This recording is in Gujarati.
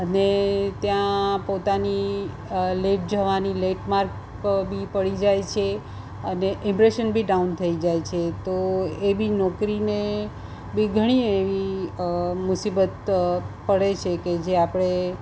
અને ત્યાં પોતાની લેટ જવાની લેટ માર્ક બી પડી જાય છે અને ઇમ્પ્રેસન બી ડાઉન થઈ જાય છે તો એ બી નોકરીને બી ઘણી એવી મુસીબત પડે છે કે જે આપણે